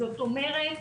זאת אומרת,